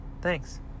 Thanks